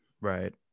right